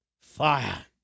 fire